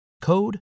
code